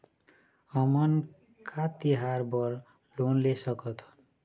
हमन का तिहार बर लोन ले सकथन?